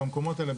במקומות האלה,